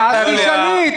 אז תשאלי.